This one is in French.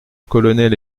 colonels